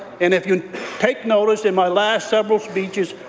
and if you take notice, in my last several speeches,